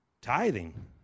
Tithing